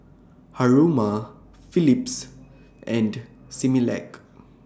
Haruma Phillips and Similac